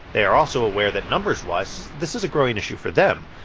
they are also aware that numberswise, this is a growing issue for them.